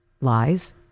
lies